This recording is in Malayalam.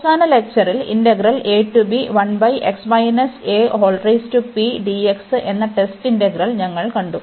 അവസാന ലെക്ചറിൽ എന്ന ടെസ്റ്റ് ഇന്റഗ്രൽ ഞങ്ങൾ കണ്ടു